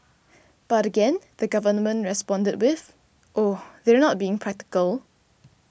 but again the Government responded with Oh they're not being practical